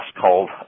called